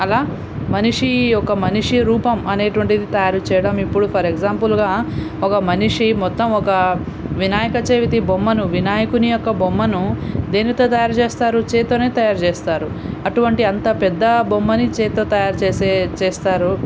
అలా మనిషీ ఒక మనిషీ రూపం అనేటువంటిది తయారు చేయడం ఇప్పుడు ఫర్ ఎక్సాంపుల్గా ఒక మనిషి మొత్తం ఒక వినాయకచవితి బొమ్మను వినాయకుని యొక్క బొమ్మను దేనితో తయారు చేస్తారు చేత్తోనే తయారు చేస్తారు అటువంటి అంత పెద్దబొమ్మని చేత్తో తయారు చేసే చేస్తారు